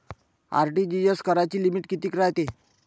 RTGS कराची limit कितीक रायते?